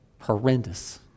horrendous